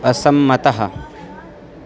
असम्मतः